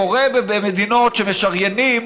קורה במדינות שמשריינים